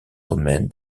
romaine